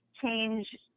change